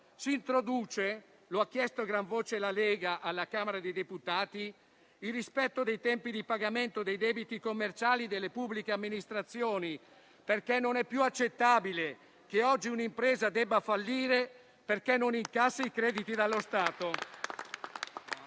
Si introduce, come chiesto a gran voce dalla Lega alla Camera dei deputati, il rispetto dei tempi di pagamento dei debiti commerciali delle pubbliche amministrazioni. Non è più accettabile infatti che oggi un'impresa debba fallire perché non incassa i crediti dallo Stato.